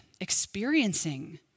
experiencing